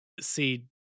see